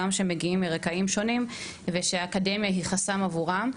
גם שמגיעים מרקעים שונים ושהאקדמיה היא חסם עבורם,